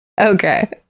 Okay